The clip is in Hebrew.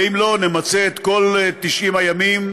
ואם לא, נמצה את כל 90 הימים,